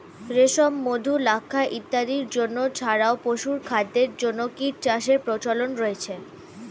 রেশম, মধু, লাক্ষা ইত্যাদির জন্য ছাড়াও পশুখাদ্যের জন্য কীটচাষের প্রচলন রয়েছে